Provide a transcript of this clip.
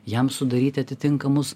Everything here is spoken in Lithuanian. jam sudaryti atitinkamus